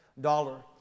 dollar